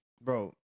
bro